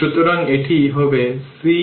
সুতরাং এটি হবে c ∫ of t v dv